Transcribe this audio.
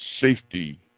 safety